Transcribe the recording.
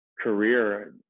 career